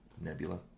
Nebula